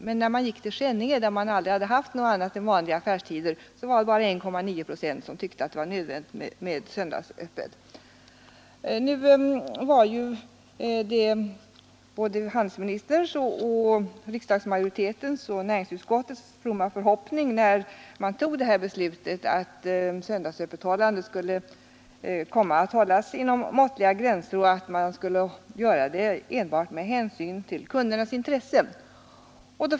Men i Skänninge, där man aldrig hade haft något annat än vanliga affärstider, var det bara 1,9 Det var ju handelsministerns, riksdagsmajoritetens och näringsutskottets fromma förhoppning när beslutet fattades att söndagsöppethållandet skulle förekomma inom måttliga gränser och enbart med hänsyn till kundernas intresse.